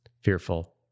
fearful